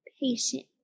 patient